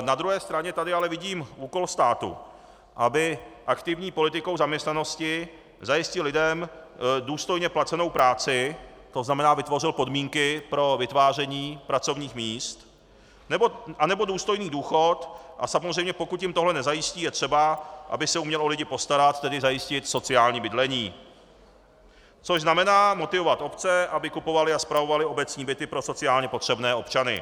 Na druhé straně tady ale vidím úkol státu, aby aktivní politikou zaměstnanosti zajistil lidem důstojně placenou práci, to znamená vytvořil podmínky pro vytváření pracovních míst a nebo důstojný důchod, a samozřejmě pokud jim tohle nezajistí, je třeba, aby se uměl o lidi postarat, tedy zajistit sociální bydlení, což znamená motivovat obce, aby kupovaly a spravovaly obecní byty pro sociálně potřebné občany.